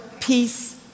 peace